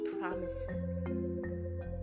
promises